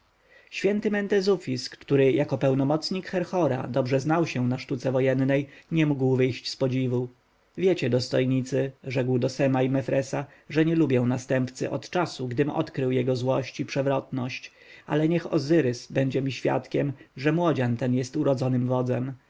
święty mentezufis który jako pełnomocnik herhora dobrze znał się na sztuce wojennej nie mógł wyjść z podziwu wiecie dostojnicy rzekł do sema i mefresa że nie lubię następcy od czasu gdym odkrył jego złość i przewrotność ale niech ozyrys będzie mi świadkiem że młodzian ten jest urodzonym wodzem